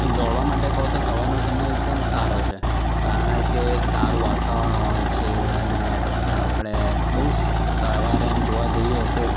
દોડવા માટે કહો તો સવારનો સમય એકદમ સારો છે કારણ કે સારું વાતાવરણ હોય છે અને આપણે બહુ જ સવારે આમ જોવા જઈએ તો એક